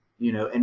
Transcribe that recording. you know, and